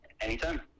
Anytime